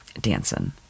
dancing